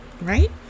right